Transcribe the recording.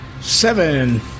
Seven